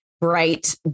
Bright